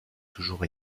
toujours